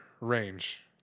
range